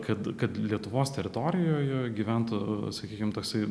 kad kad lietuvos teritorijoje gyventų sakykim toksai